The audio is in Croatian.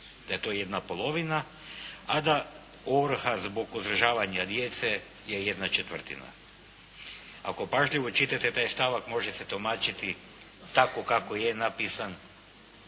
da je to jedna polovina. A da ovrha zbog održavanja djece je 1/4. Ako pažljivo čitate taj stavak može se tumačiti tako kako je napisan